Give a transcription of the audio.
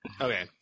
Okay